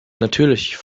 natürlich